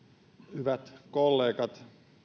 hyvät kollegat